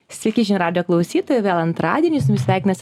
sveiki žinių radijo klausytojai vėl antradienis su jumis sveikinasi